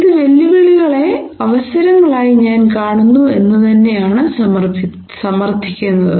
ഇത് വെല്ലുവിളികളെ അവസരങ്ങളായി ഞാൻ കാണുന്നു എന്ന് തന്നെ ആണ് സമർത്ഥിക്കുന്നത്